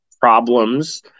problems